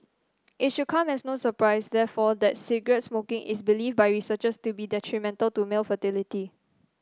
it should come as no surprise therefore that cigarette smoking is believed by researchers to be detrimental to male fertility